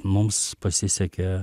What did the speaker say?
mums pasisekė